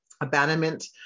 abandonment